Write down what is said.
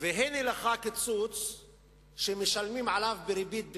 אבל הנה לך קיצוץ שמשלמים עליו ריבית דריבית.